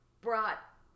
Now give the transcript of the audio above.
brought